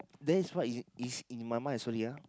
that is what is is in my mind sorry ah